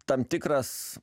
tam tikras